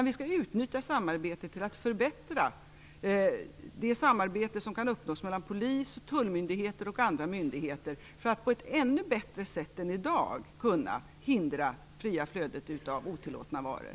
Vi skall utnyttja detta tillfälle till att förbättra det samarbete som kan uppnås mellan Polisen, Tullen och andra myndigheter för att på ett ännu bättre sätt än i dag kunna hindra det fria flödet av otillåtna varor.